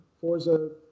Forza